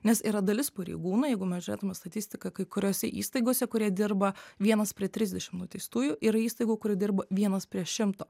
nes yra dalis pareigūnų jeigu mes žiūrėtume statistiką kai kuriose įstaigose kurie dirba vienas prie trisdešim nuteistųjų yra įstaigų kur dirba vienas prieš šimto